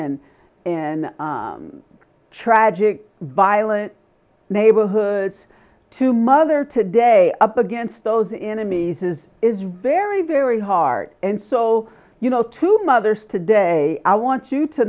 and in tragic violent neighborhoods to mother today up against those in a mieses is very very hard and so you know to mothers today i want you to